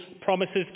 promises